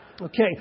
Okay